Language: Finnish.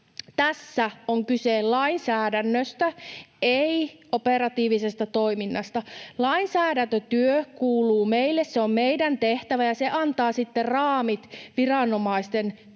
tässä on kyse lainsäädännöstä, ei operatiivisesta toiminnasta. Lainsäädäntötyö kuuluu meille, se on meidän tehtävämme, ja se antaa sitten raamit viranomaisten työlle.